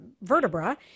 vertebra